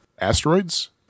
Asteroids